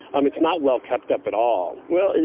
um it's not well kept up at all. well,